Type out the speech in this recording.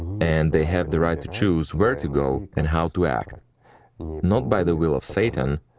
and they have the right to choose where to go and how to act not by the will of satan,